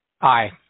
Aye